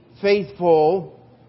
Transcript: faithful